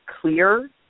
clear